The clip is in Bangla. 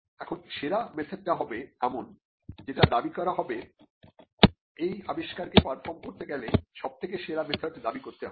এখন সেরা মেথড টা হবে এমন যেটা দাবি করা হবেএই আবিষ্কার কে পারফর্ম করতে গেলে সবথেকে সেরা মেথড দাবি করতে হবে